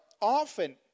often